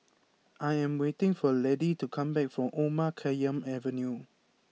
I am waiting for Laddie to come back from Omar Khayyam Avenue